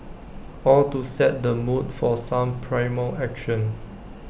all to set the mood for some primal action